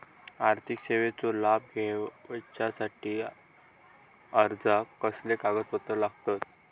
आर्थिक सेवेचो लाभ घेवच्यासाठी अर्जाक कसले कागदपत्र लागतत?